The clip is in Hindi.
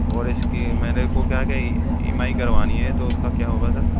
और इसकी मेरे को क्या है के ई एम आई करवानी है तो उसका क्या होगा सर